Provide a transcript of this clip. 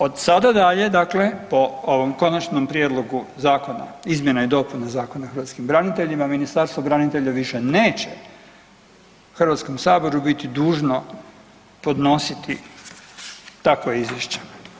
Od sada dalje, dakle po ovom konačnom prijedlogu zakona, izmjena i dopuna Zakona o hrvatskim braniteljima, Ministarstvo branitelja više neće Hrvatskom saboru biti dužno podnositi takva izvješća.